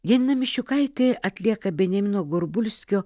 janina miščiukaitė atlieka benjamino gorbulskio